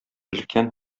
өлкән